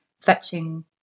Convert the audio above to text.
fetching